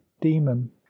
demon